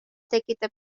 tekitab